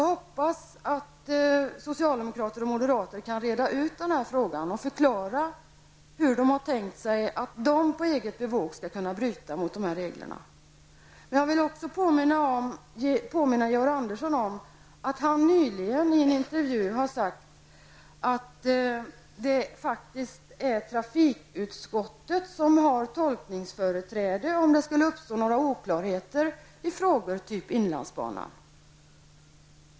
Jag hoppas att socialdemokraterna och moderaterna kan reda ut den här frågan och förklara hur de har tänkt sig att de på eget bevåg skall kunna bryta mot de här reglerna. Jag vill även påminna Georg Andersson om att han nyligen i en intervju har sagt att det faktiskt är trafikutskottet som har tolkningsföreträde om det skulle uppstå några oklarheter i frågor om t.ex. inlandsbanan.